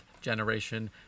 generation